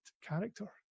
character